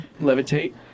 levitate